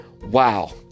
Wow